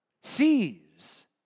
sees